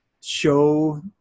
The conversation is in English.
show